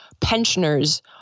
pensioners